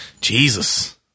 Jesus